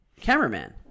cameraman